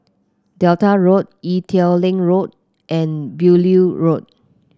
Delta Road Ee Teow Leng Road and Beaulieu Road